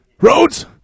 Rhodes